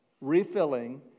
refilling